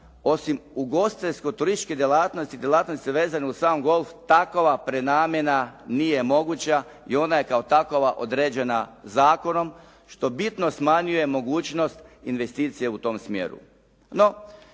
osim ugostiteljsko turističkih djelatnosti, djelatnosti vezane uz sam golf, takova prenamjena nije moguća i ona je kao takova određena zakonom što bitno smanjuje mogućnost investicije u tom smjeru.